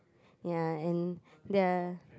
ya and the